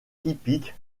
typique